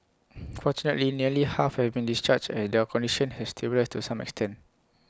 fortunately nearly half have been discharged as their condition has stabilised to some extent